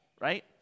right